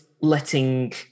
letting